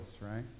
right